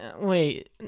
wait